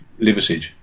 liversidge